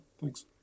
Thanks